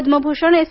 Padma Bhushan S